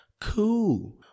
cool